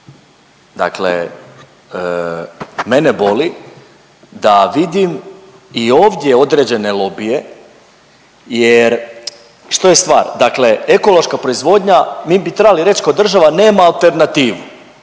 Dakle, mene boli da vidim i ovdje određene lobije, jer što je stvar? Dakle, ekološka proizvodnja mi bi trebali reći kao država nema alternativu,